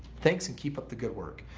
thanks and keep up the good work.